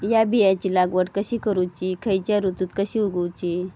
हया बियाची लागवड कशी करूची खैयच्य ऋतुत कशी उगउची?